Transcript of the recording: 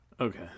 Okay